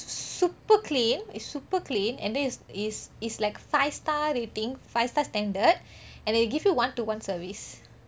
it's super clean it's super clean and then it's it's like five star rating five star standard and they give you one to one service